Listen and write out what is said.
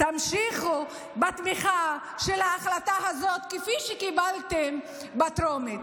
תמשיכו בתמיכה בהחלטה הזאת, כפי שקיבלתם בטרומית.